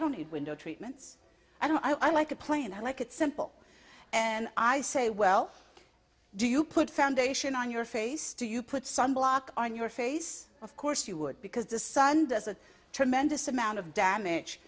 don't need window treatments and i like a plane i like it simple and i say well do you put foundation on your face to you put sun block on your face of course you would because the sun does a tremendous amount of damage